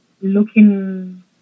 looking